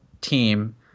team